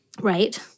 Right